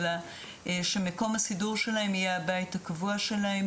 אלא שמקום הסידור שלהם יהיה הבית הקבוע שלהם